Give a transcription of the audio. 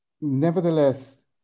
nevertheless